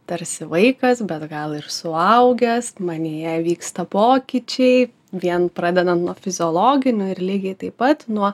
tarsi vaikas bet gal ir suaugęs manyje vyksta pokyčiai vien pradedant nuo fiziologinių ir lygiai taip pat nuo